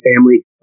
family